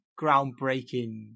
groundbreaking